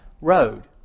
road